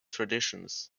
traditions